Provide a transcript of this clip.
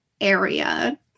area